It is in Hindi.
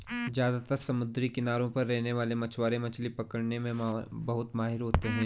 ज्यादातर समुद्री किनारों पर रहने वाले मछवारे मछली पकने में बहुत माहिर होते है